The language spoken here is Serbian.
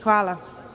Hvala.